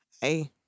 Hey